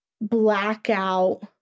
blackout